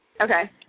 okay